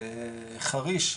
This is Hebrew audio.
בחריש,